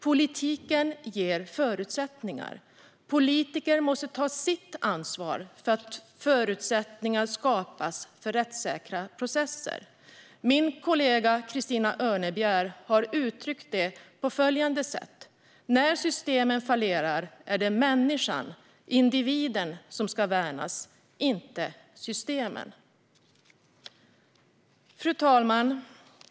Politiken ger förutsättningar, och politiker måste ta sitt ansvar för att förutsättningar skapas för rättssäkra processer. Min kollega Christina Örnebjär har uttryckt det på följande sätt: När systemen fallerar är det människan, individen, som ska värnas - inte systemen. Fru talman!